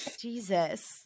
Jesus